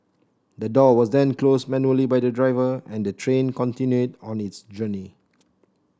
the door was then closed manually by the driver and the train continued on its journey